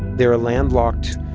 they're a landlocked,